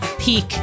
peak